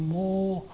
more